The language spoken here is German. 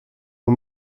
nur